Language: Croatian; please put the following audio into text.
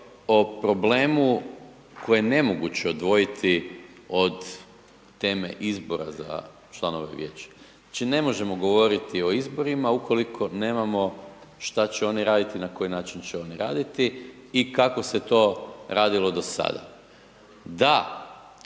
o problemu koji je nemoguće odvojiti od teme izbora za članove vijeća, znači ne možemo govoriti o izborima ukoliko nemamo šta će oni raditi i na koji način će oni raditi i kako se to radilo do sada. Da